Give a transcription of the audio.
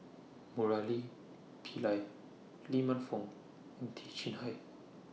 Murali Pillai Lee Man Fong and Teo Chee Hean